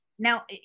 Now